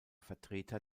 vertreter